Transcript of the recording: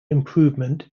improvement